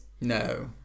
No